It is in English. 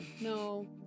No